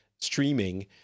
streaming